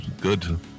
good